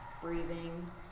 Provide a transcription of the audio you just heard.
breathing